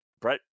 Brett